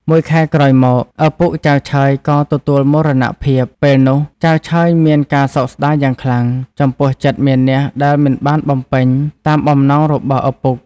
មួយខែក្រោយមក ឪពុកចៅឆើយក៏ទទួលមរណភាព ពេលនោះ ចៅឆើយមានការសោកស្តាយយ៉ាងខ្លាំង ចំពោះចិត្តមានះដែលមិនបានបំពេញ តាមបំណងរបស់ឪពុក ។